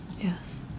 Yes